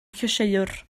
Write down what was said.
llysieuwr